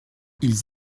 ils